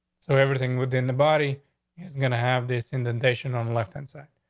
so everything within the body is gonna have this indentation on the left insect.